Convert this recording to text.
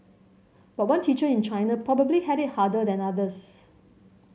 but one teacher in China probably had it harder than others